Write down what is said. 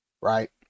right